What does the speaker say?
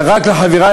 רק לחברי,